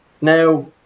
now